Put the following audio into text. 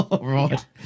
right